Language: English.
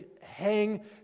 hang